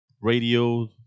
radio